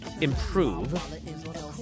improve